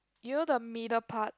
you know the middle part